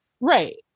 Right